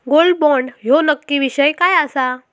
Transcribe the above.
Gold bond ह्यो नक्की विषय काय आसा?